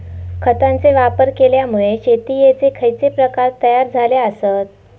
खतांचे वापर केल्यामुळे शेतीयेचे खैचे प्रकार तयार झाले आसत?